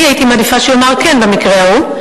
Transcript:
אני הייתי מעדיפה שהוא יאמר כן במקרה ההוא,